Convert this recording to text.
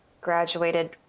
Graduated